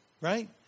right